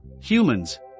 Humans